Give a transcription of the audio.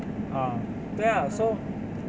uh 对啊 so